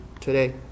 today